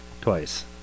twice